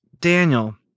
Daniel